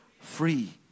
free